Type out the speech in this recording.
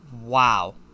wow